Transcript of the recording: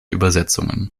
übersetzungen